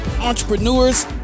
entrepreneurs